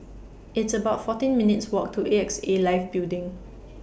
It's about fourteen minutes' Walk to A X A Life Building